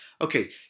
Okay